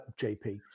JP